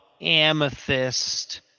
amethyst